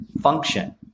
function